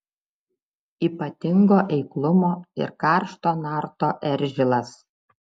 ypatingo eiklumo ir karšto narto eržilas